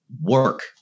work